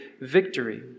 victory